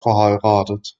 verheiratet